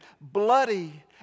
bloody